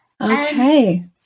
Okay